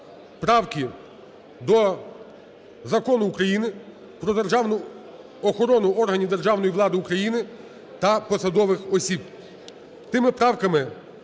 змін до Закону України про державну охорону органів державної влади України та посадових осіб з поправками,